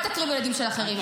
אל תקריב ילדים של אחרים.